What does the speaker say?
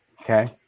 Okay